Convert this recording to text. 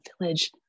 village